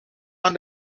naar